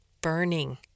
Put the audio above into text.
burning